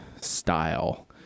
style